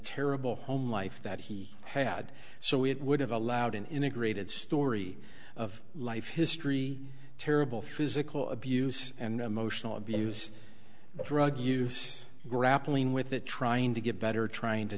terrible home life that he had so it would have allowed an integrated story of life history terrible physical abuse and emotional abuse drug use grappling with it trying to get better trying to